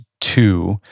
two